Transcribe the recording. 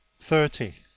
thirty.